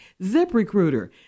ZipRecruiter